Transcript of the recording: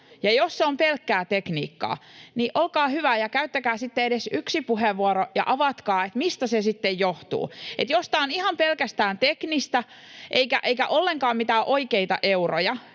jos se on pelkkää tekniikka, niin olkaa hyvä ja käyttäkää sitten edes yksi puheenvuoro ja avatkaa, mistä se sitten johtuu. [Timo Heinosen välihuuto] Että jos tämä on ihan pelkästään teknistä eikä ollenkaan mitään oikeita euroja,